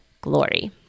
glory